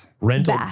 Rental